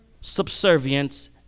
subservience